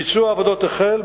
ביצוע העבודות החל,